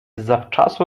zawczasu